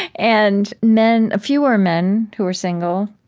and men fewer men who are single,